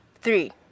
three